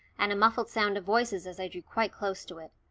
and a muffled sound of voices as i drew quite close to it,